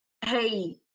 hey